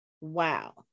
Wow